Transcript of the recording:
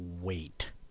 wait